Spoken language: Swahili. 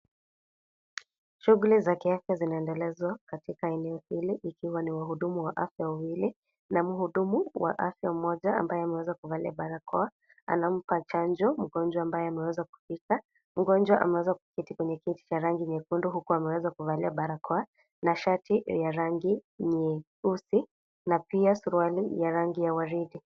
Shughuli za kiafya zinaendelezwa katika eneo hili ikiwa ni wahudumu wa afya wawili na muhudumu wa afya mmoja ambaye ameweza kuvalia barakoa. Anampa chanjo mgonjwa ambaye ameweza kufika. Mgonjwa ameweza kuketi kwenye kiti cha rangi nyekundu huku ameweza kuvalia barakoa na shati ya rangi nyeusi na pia suruali ya rangi ya waridi.